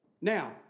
Now